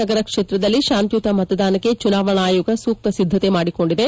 ನಗರ ಕ್ಷೇತ್ರದಲ್ಲಿ ಶಾಂತಿಯುತ ಮತದಾನಕ್ಕೆ ಚುನಾವಣಾ ಆಯೋಗ ಸೂಕ್ತ ಸಿದ್ದತೆ ಮಾಡಿಕೊಂಡಿದೆ